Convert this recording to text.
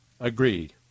agreed